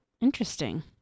Interesting